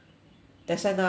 that's why now I wish that